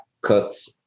cooks